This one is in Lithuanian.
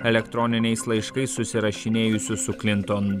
elektroniniais laiškais susirašinėjusių su klinton